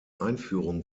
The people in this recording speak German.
einführung